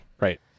Right